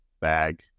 bag